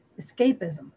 escapism